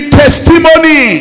testimony